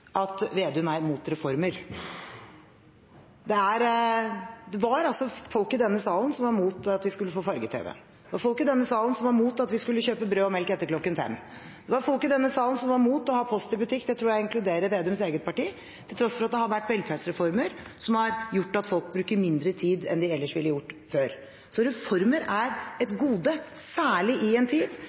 at Slagsvold Vedum er imot reformer. Det var altså folk i denne salen som var imot at vi skulle få farge-tv, det var folk i denne salen som var imot at vi skulle kjøpe brød og melk etter klokken fem, det var folk i denne salen som var imot å ha post i butikk – det tror jeg inkluderer Slagsvold Vedums eget parti – til tross for at det har vært velferdsreformer som har gjort at folk bruker mindre tid enn de ville gjort før. Så reformer er et gode, særlig i en tid